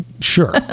Sure